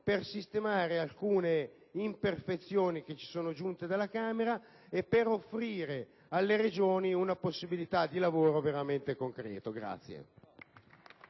per sistemare alcune imperfezioni che ci sono giunte dalla Camera e per offrire alle Regioni una possibilità di lavoro veramente concreta.